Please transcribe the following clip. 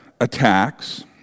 attacks